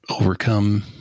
overcome